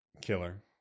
killer